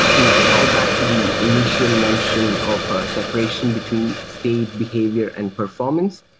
to tie back to the initial mention of ah separation between state behavior and performance,